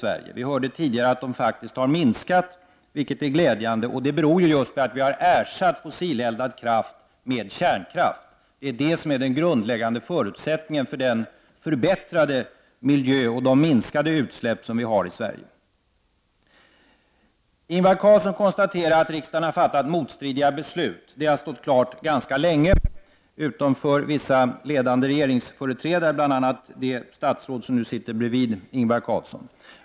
Vi hörde tidigare här att de faktiskt har minskat, och det är glädjande. Men det beror just på att vi har ersatt fossilkraft med kärnkraft. Det är alltså det som är den grundläggande förutsättningen för den förbättrade miljön och de minskade utsläppen i Sverige. Ingvar Carlsson konstaterar att riksdagen har fattat motstridiga beslut. Det har stått klart ganska länge — utom för vissa ledande regeringsföreträdare, bl.a. det statsråd som just nu sitter bredvid Ingvar Carlsson här i kammaren.